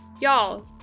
y'all